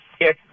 yes